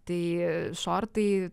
tai šortai